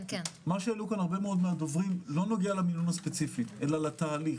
מה שהעלו פה הרבה מאוד מהדוברים לא נוגע למינון הספציפי אלא לתהליך.